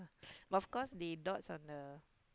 but of course they dotes on the